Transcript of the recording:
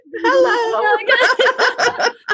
Hello